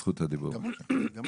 זכות הדיבור בשבילך.